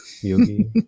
yogi